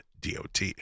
DOT